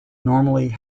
normally